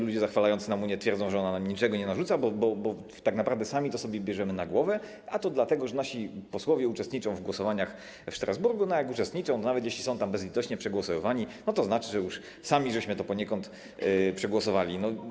Ludzie zachwalający nam Unię twierdzą, że ona nam niczego nie narzuca, bo tak naprawdę sami to sobie bierzemy na głowę, a to dlatego, że nasi posłowie uczestniczą w głosowaniach w Strasburgu, a jak uczestniczą, to nawet jeśli są tam bezlitośnie przegłosowywani, to znaczy, że już sami to poniekąd przegłosowaliśmy.